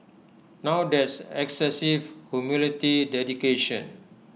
now that's excessive humility dedication